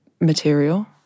material